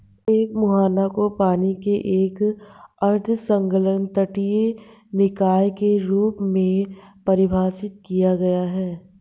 एक मुहाना को पानी के एक अर्ध संलग्न तटीय निकाय के रूप में परिभाषित किया गया है